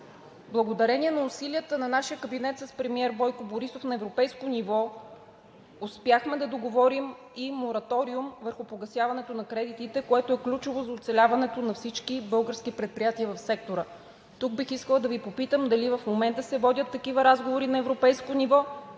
Благодарение на усилията на нашия кабинет с премиер Бойко Борисов на европейско ниво успяхме да договорим и мораториум върху погасяването на кредитите, което е ключово за оцеляването на всички български предприятия в сектора. Тук бих искала да Ви попитам дали в момента се водят такива разговори на европейско ниво